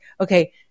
Okay